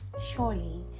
Surely